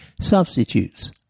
Substitutes